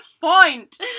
point